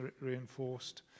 reinforced